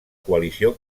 coalició